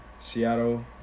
Seattle